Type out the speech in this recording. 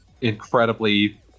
incredibly